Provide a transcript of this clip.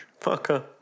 Fucker